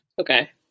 Okay